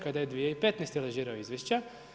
Kada je 2015. lažirao izvješća?